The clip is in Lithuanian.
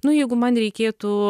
nu jeigu man reikėtų